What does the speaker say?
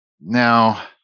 now